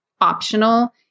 optional